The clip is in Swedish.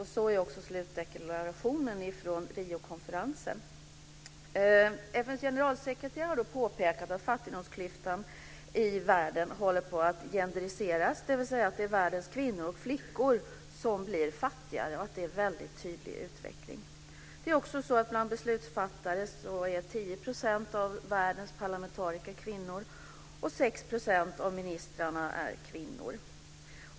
Det är också slutdeklarationen från Riokonferensen. FN:s generalsekreterare har påpekat att fattigdomsklyftan i världen håller på att "genderiseras", dvs. att det är världens kvinnor och flickor som blir fattigare, och att det är en väldigt tydlig utveckling. Det är också så att bland beslutsfattare är 10 % av världens parlamentariker kvinnor, och 6 % av ministrarna är kvinnor.